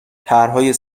طرحهای